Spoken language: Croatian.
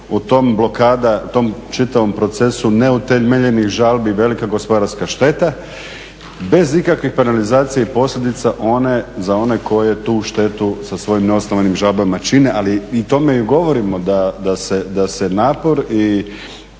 u tom, blokada u tom čitavom procesu neutemeljenih žalbi i velika gospodarska šteta, bez ikakvih … i posljedica za one koje tu štetu sa svojim neosnovanim žalbama čine, ali o tome i govorimo da se napor i